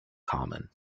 common